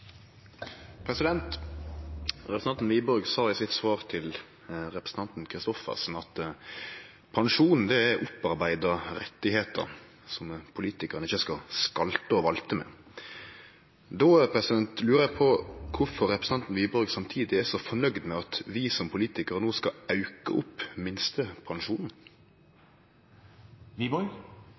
Representanten Wiborg sa i sitt svar til representanten Christoffersen at pensjon er opparbeidde rettar som politikarane ikkje skal skalte og valte med. Då lurer eg på kvifor representanten Wiborg samtidig er så fornøgd med at vi politikarar no skal auke